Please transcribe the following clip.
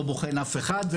לא בוחן אף אחד.